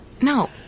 No